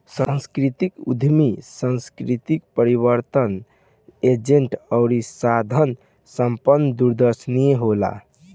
सांस्कृतिक उद्यमी सांस्कृतिक परिवर्तन एजेंट अउरी साधन संपन्न दूरदर्शी होला